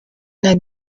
new